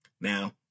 Now